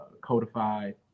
codified